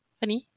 funny